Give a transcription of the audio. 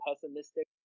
pessimistic